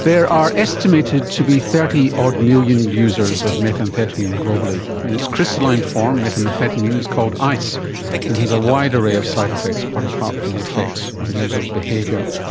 there are estimated to be thirty odd million users of methamphetamine globally. in its crystalline form, methamphetamine is called ice and has a wide array of side-effects quite apart from the effects on a user's behaviour.